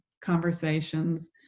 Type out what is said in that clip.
conversations